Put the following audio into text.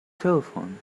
telephone